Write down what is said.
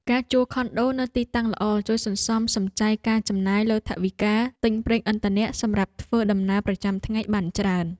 ការជួលខុនដូនៅទីតាំងល្អជួយសន្សំសំចៃការចំណាយលើថវិកាទិញប្រេងឥន្ធនៈសម្រាប់ធ្វើដំណើរប្រចាំថ្ងៃបានច្រើន។